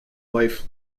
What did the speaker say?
life